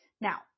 Now